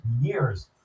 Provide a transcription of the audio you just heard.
years